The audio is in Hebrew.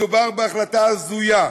מדובר בהחלטה הזויה,